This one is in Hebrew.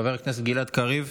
חבר הכנסת גלעד קריב.